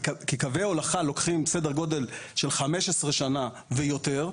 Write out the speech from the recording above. כי קווי הולכה לוקחים סדר גודל של 15 שנים ויותר,